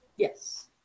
Yes